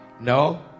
No